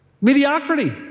mediocrity